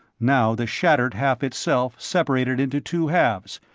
now the shattered half itself separated into two halves,